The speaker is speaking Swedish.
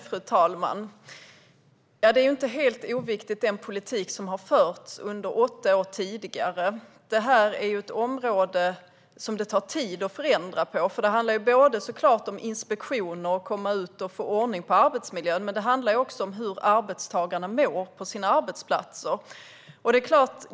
Fru talman! Det är inte helt oviktigt vilken politik som har förts under åtta år. Detta är ju ett område där det tar tid att förändra. Det handlar både om inspektioner för att få ordning på arbetsmiljön och om hur arbetstagarna mår på sina arbetsplatser.